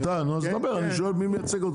אפשר להתרשם שההסתדרות